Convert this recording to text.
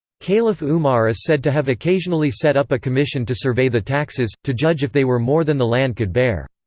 caliph umar is said to have occasionally set up a commission to survey the taxes, to judge if they were more than the land could bear.